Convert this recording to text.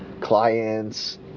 clients